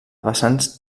vessants